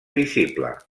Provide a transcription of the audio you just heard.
visible